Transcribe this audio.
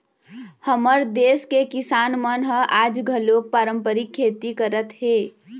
हमर देस के किसान मन ह आज घलोक पारंपरिक खेती करत हे